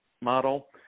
model